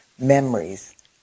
memories